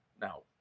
Now